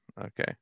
Okay